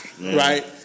right